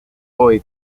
hoy